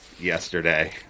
yesterday